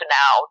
now